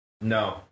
No